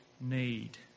need